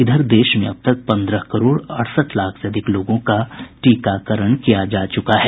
इधर देश में अब तक पन्द्रह कारोड़ अड़सठ लाख से अधिक लोगों का टीकाकरण किया जा चुका है